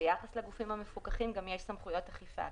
ביחס לגופים המפוקחים גם יש סמכויות אכיפה.